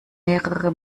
mehrere